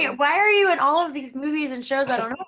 and why are you in all of these movies and shows i don't